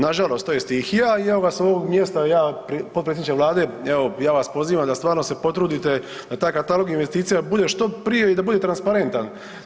Nažalost to je stihija i ja ga s ovoga mjesta ja, potpredsjedniče vlade evo ja vas pozivam da stvarno se potrudite da taj katalog investicija bude što prije i da bude transparentan.